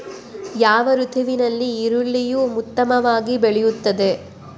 ಯಾವ ಋತುವಿನಲ್ಲಿ ಈರುಳ್ಳಿಯು ಉತ್ತಮವಾಗಿ ಬೆಳೆಯುತ್ತದೆ?